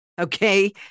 okay